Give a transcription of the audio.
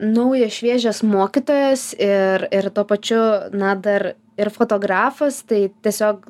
naujas šviežias mokytojas ir ir tuo pačiu na dar ir fotografas tai tiesiog